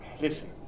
Listen